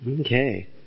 Okay